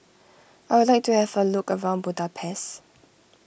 I would like to have a look around Budapest